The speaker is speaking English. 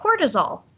cortisol